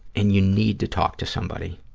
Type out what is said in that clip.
and you need to talk to somebody.